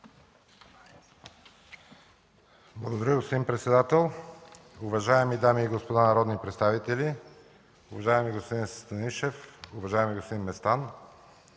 Благодаря, господин председател. Уважаеми дами и господа народни представители, уважаеми господин Станишев, уважаеми господин Местан!